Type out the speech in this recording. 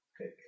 Okay